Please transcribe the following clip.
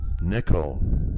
nickel